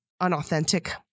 unauthentic